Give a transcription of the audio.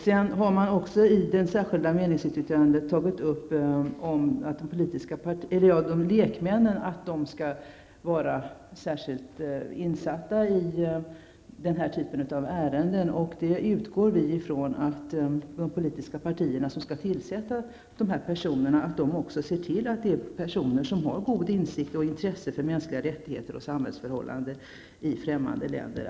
Vänsterpartiet har i sin meningsyttring även tagit upp att de i utlänningsnämnden ingående lekmännen skall vara särskilt insatta i denna typ av ärenden. Vi utgår från att de politiska partierna som skall tillsätta dessa personer ser till att dessa personer har en god insikt i sådana frågor och intresse för mänskliga rättigheter och samhällsförhållanden i främmande länder.